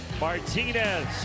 Martinez